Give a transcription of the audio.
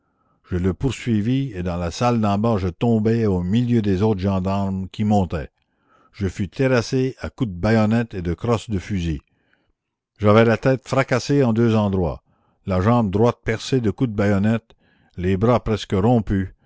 je le poursuivis et dans la salle d'en bas je tombai au milieu des autres gendarmes qui montaient je fus terrassé à coups de baïonnette et de crosse de fusil j'avais la tête fracassée en deux endroits la jambe droite percée de coups de baïonnette les bras presque rompus